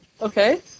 Okay